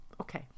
Okay